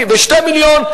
ב-2 מיליונים,